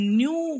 new